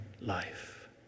life